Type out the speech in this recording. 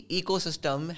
ecosystem